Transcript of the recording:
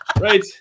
Right